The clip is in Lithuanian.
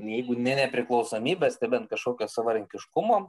jeigu ne nepriklausomybės tai bent kažkokio savarankiškumo